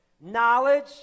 Knowledge